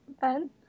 ben